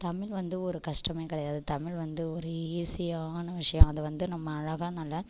தமிழ் வந்து ஒரு கஷ்டமே கிடையாது தமிழ் வந்து ஒரு ஈசியான விஷயம் அதை வந்து நம்ம அழகாக நல்லா